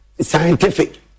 scientific